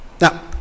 Now